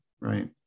right